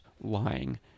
lying